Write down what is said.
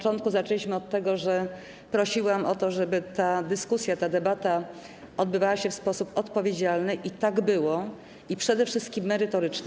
Zaczęliśmy od tego, że prosiłam o to, żeby ta dyskusja, ta debata odbywała się w sposób odpowiedzialny, i tak było, a przede wszystkim merytoryczny.